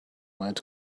might